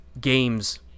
games